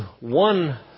one